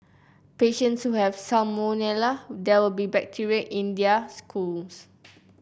patients who have salmonella there will be bacteria in their schools